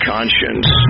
Conscience